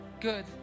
good